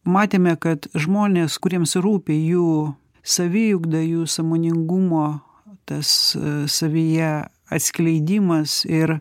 matėme kad žmonės kuriems rūpi jų saviugda jų sąmoningumo tas savyje atskleidimas ir